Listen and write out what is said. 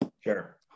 Sure